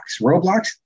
Roblox